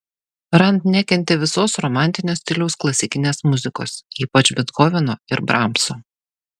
rand nekentė visos romantinio stiliaus klasikinės muzikos ypač bethoveno ir bramso